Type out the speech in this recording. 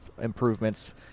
improvements